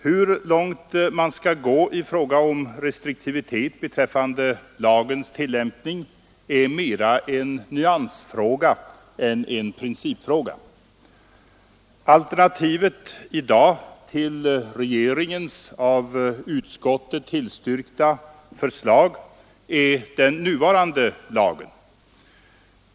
Hur långt man skall gå i fråga om restriktivitet beträffande lagens tillämpning är mer en nyansfråga än en principfråga. Alternativet i dag till regeringens av utskottsmajoriteten tillstyrkta förslag är den nuvarande lagen.